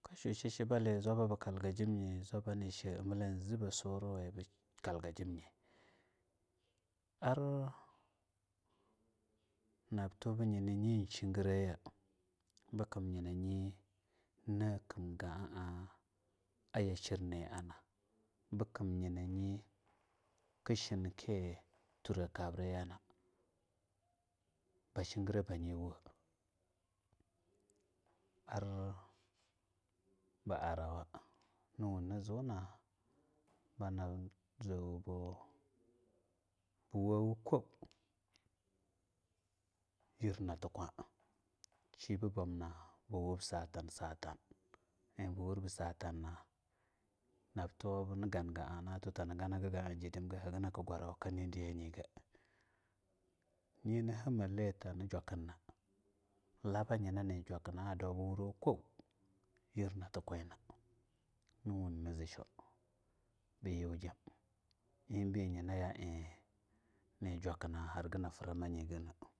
Ba shuba a shishi bale zwaba zebba bu kalga jim nye arr nabtu bu nyina nyi shigiraya bukimbu nyana nyina kim ga a-aya shirnia na bikim nyina nyi ka shin ki tura kabriya yana ba shigra bayi wo arbu arawa ni wunni zuna banab zowbu wowu-ko-yir na ti kwa shibe bu wub satan-satan e bu wurbu satanna nabtuwo bini wam ga a na tuba tani wam ga a na tuba tani ganaga gaaji dimga haganaku gwaro ka niri ayiga nyi na hamme ie tani jwa kin na laba yina ni jwakinaa daubu wuro ko--yir nati kwina ni wun ni zee shwo bu yujim ebe nyina nal najwakina hagana furama nyigana.